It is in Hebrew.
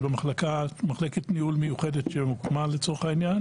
במחלקת ניהול מיוחדת שהוקמה לצורך העניין